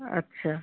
আচ্ছা